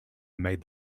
made